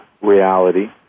reality